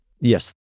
yes